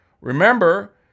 Remember